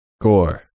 gore